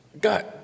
Got